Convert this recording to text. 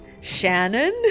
Shannon